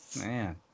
man